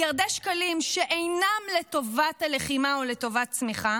על מיליארדי שקלים שאינם לטובת הלחימה או לטובת צמיחה,